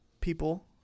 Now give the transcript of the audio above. people